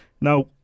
Now